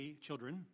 children